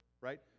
right